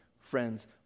friends